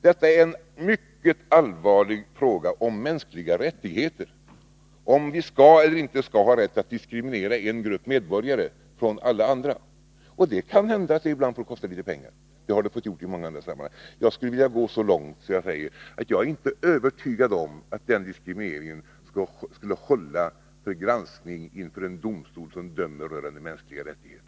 Detta är en mycket allvarlig fråga om mänskliga rättigheter — om vi skall eller inte skall ha rätt att diskriminera en grupp medborgare. Det kan hända att åtgärder för att uppnå likabehandling ibland kostar litet pengar — men det har det fått göra i många andra sammanhang. Jag går så långt att jag säger att jag inte är övertygad om att denna diskriminering skulle hålla för granskning inför en domstol som dömer rörande de mänskliga rättigheterna.